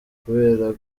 kubera